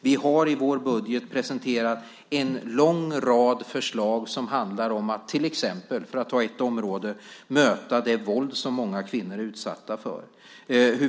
Vi har i vår budget presenterat en lång rad förslag som handlar om att till exempel, för att ta ett område, möta det våld som många kvinnor är utsatta för.